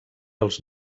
els